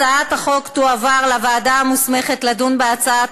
הצעת החוק תועבר לוועדה המוסמכת לדון בהצעת